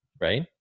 Right